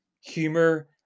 humor